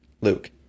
Luke